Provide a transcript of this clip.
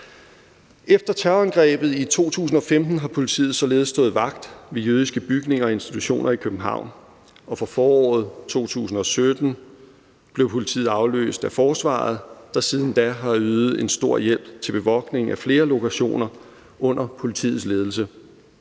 Efter terrorangrebet i 2015 har politiet således stået vagt ved jødiske bygninger og institutioner i København, og fra foråret 2017 blev politiet afløst af forsvaret, der siden da har ydet en stor hjælp til bevogtning af flere lokationer under politiets ledelse.